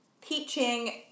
teaching